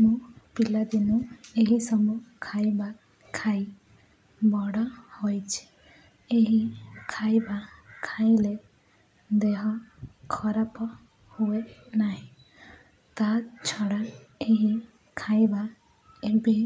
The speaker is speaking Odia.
ମୁଁ ପିଲାଦିନୁ ଏହିସବୁ ଖାଇବା ଖାଇ ବଡ଼ ହୋଇଛି ଏହି ଖାଇବା ଖାଇଲେ ଦେହ ଖରାପ ହୁଏ ନାହିଁ ତା ଛଡ଼ା ଏହି ଖାଇବା ଏବେ